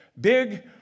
big